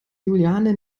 juliane